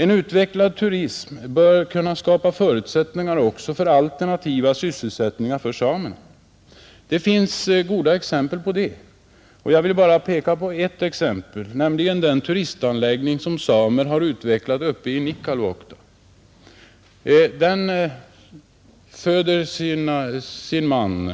En utveckling av turism bör kunna skapa förutsättningar för alternativa sysselsättningar även för samerna. Det finns goda exempel på detta. Jag vill bara peka på den turistanläggning som samer utvecklat i Nikkaluokta. Den föder sin man.